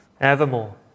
evermore